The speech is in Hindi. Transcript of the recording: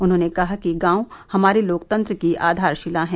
उन्होंने कहा कि गांव हमारे लोकतन्त्र की आधारशिला है